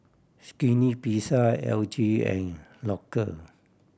Skinny Pizza L G and Loacker